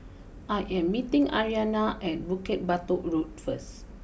I am meeting Ariana at Bukit Batok Road first